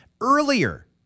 earlier